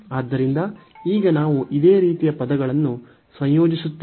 ಆದ್ದರಿಂದ ಈಗ ನಾವು ಇದೇ ರೀತಿಯ ಪದಗಳನ್ನು ಸಂಯೋಜಿಸುತ್ತೇವೆ